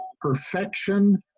perfection